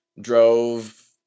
drove